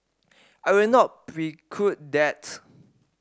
I will not preclude that